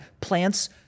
Plants